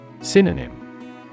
Synonym